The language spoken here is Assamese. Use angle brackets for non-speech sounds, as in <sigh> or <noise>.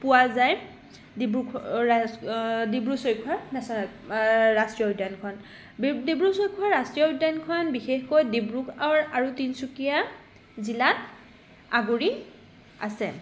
পোৱা যায় ডিব্ৰু <unintelligible> ডিব্ৰু ছৈখোৱাৰ নেশ্যনেল ৰাষ্ট্ৰীয় উদ্যানখন ডিব্ৰু ছৈখোৱাৰ ৰাষ্ট্ৰীয় উদ্যানখন বিশেষকৈ ডিব্ৰুগড় আৰু তিনিচুকীয়া জিলাত আগুৰি আছে